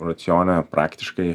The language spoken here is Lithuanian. racione praktiškai